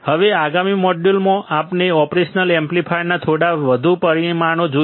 હવે આગામી મોડ્યુલમાં આપણે ઓપરેશનલ એમ્પ્લીફાયરના થોડા વધુ પરિમાણો જોઈશું